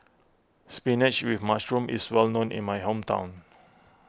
Spinach with Mushroom is well known in my hometown